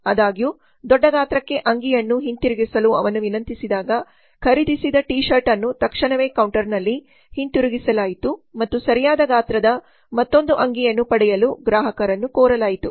ಆದಾಗ್ಯೂ ದೊಡ್ಡ ಗಾತ್ರಕ್ಕೆ ಅಂಗಿಯನ್ನು ಹಿಂತಿರುಗಿಸಲು ಅವನು ವಿನಂತಿಸಿದಾಗ ಖರೀದಿಸಿದ ಟೀ ಶರ್ಟ್ ಅನ್ನು ತಕ್ಷಣವೇ ಕೌಂಟರ್ನಲ್ಲಿ ಹಿಂತಿರುಗಿಸಲಾಯಿತು ಮತ್ತು ಸರಿಯಾದ ಗಾತ್ರದ ಮತ್ತೊಂದು ಅಂಗಿಯನ್ನು ಪಡೆಯಲು ಗ್ರಾಹಕರನ್ನು ಕೋರಲಾಯಿತು